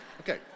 Okay